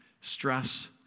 stress